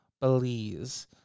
Belize